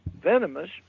venomous